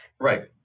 Right